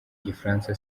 gifaransa